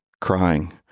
crying